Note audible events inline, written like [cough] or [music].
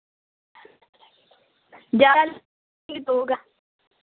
ग्यारह [unintelligible] तो होगा